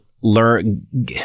learn